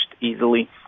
easily